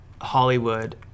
Hollywood